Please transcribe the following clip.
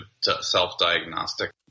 self-diagnostic